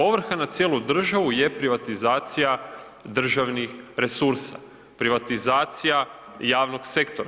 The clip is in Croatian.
Ovrha na cijelu državu je privatizacija državnih resursa, privatizacija javnog sektora.